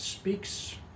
speaks